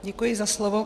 Děkuji za slovo.